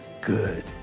good